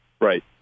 Right